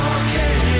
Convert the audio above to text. okay